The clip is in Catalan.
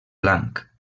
blanc